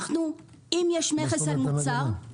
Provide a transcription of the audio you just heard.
אם יש מכס על מוצר,